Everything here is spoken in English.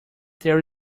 there